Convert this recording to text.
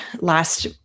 last